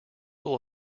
will